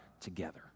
together